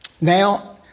Now